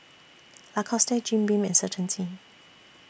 Lacoste Jim Beam and Certainty